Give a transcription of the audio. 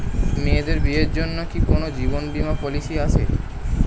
মেয়েদের বিয়ের জন্য কি কোন জীবন বিমা পলিছি আছে?